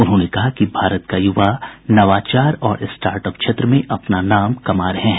उन्होंने कहा कि भारत का युवा नवाचार और स्टार्ट अप क्षेत्र में अपना नाम कमा रहा है